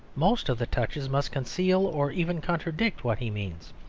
most of the touches must conceal or even contradict what he means.